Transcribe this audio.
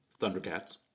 Thundercats